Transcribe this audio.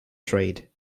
trade